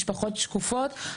משפחות שקופות,